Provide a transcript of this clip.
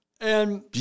And-